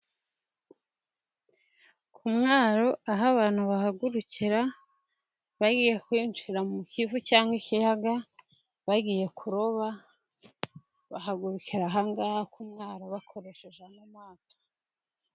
Ku mwaro aho abantu bahagurukira bagiye kwinjira mu kivu cyangwa ikiyaga bagiye kuroba, bahagurukira ahangaha ku mwaro bakoresheje ano mato.